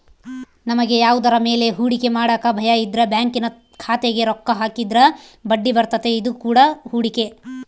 ನಮಗೆ ಯಾವುದರ ಮೇಲೆ ಹೂಡಿಕೆ ಮಾಡಕ ಭಯಯಿದ್ರ ಬ್ಯಾಂಕಿನ ಖಾತೆಗೆ ರೊಕ್ಕ ಹಾಕಿದ್ರ ಬಡ್ಡಿಬರ್ತತೆ, ಇದು ಕೂಡ ಹೂಡಿಕೆ